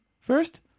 first